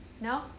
No